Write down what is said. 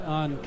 on